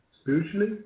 spiritually